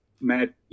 mad